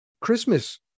Christmas